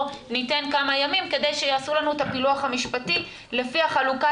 שניתן כמה ימים כדי שיעשו לנו את הפילוח המשפטי לפי החלוקה